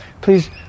Please